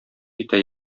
итә